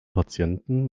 patienten